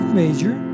major